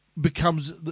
becomes